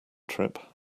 trip